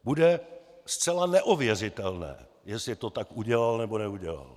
Bude zcela neověřitelné, jestli to tak udělal, nebo neudělal.